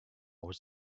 was